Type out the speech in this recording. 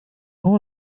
all